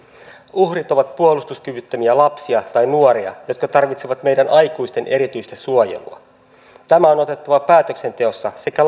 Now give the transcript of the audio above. uhrit ovat puolustuskyvyttömiä lapsia tai nuoria jotka tarvitsevat meidän aikuisten erityistä suojelua tämä on on otettava päätöksenteossa sekä